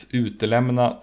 utelämna